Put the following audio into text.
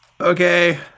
Okay